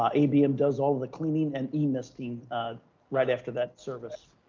um abm does all the cleaning and emisting right after that service.